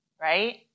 right